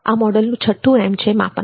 આ મોડલનું છઠ્ઠું એમ છે માપન